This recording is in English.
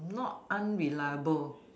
not unreliable